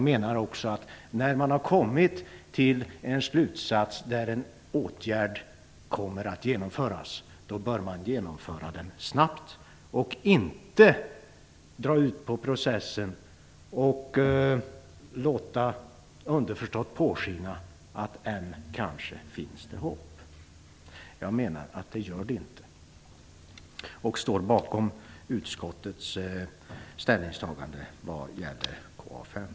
Men när man har kommit till en slutsats om att en åtgärd skall genomföras, bör man genomföra den snabbt och inte dra ut på processen. Man bör inte underförstått låta påskina att det än kanske finns hopp. Det gör det inte. Jag står bakom utskottets ställningstagande när det gäller KA 5.